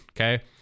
okay